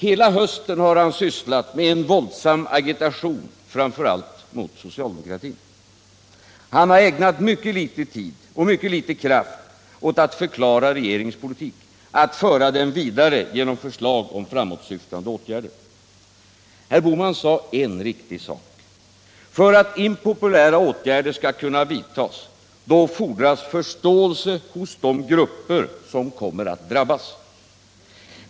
Hela hösten har han sysslat med en våldsam agitation, framför allt mot socialdemokratin. Han har ägnat mycket litét tid och mycket litet kraft åt att förklara regeringens politik, att föra den vidare genom förslag om framåtsyftande åtgärder. Herr Bohman sade en riktig sak: För att impopulära åtgärder skall kunna vidtas fordras förståelse hos de grupper som kommer att drabbas.